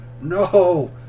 NO